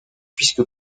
puisque